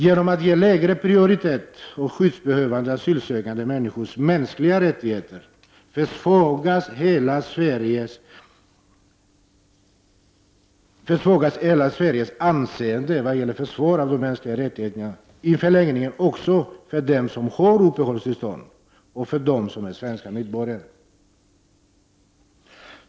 Genom att Sverige ger lägre prioritet åt skyddsbehövande asylsökande människors mänskliga rättigheter försvagas hela försvaret av de mänskliga rättigheterna, i förlängningen också för dem som har uppehållstillstånd och för dem som är svenska medborgare.